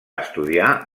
estudiar